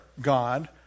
God